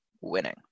winning